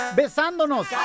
besándonos